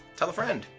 tell a friend.